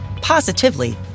positively